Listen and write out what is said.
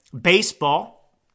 baseball